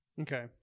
Okay